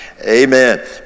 amen